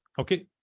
okay